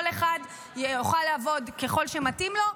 כל אחד יוכל לעבוד ככל שמתאים לו.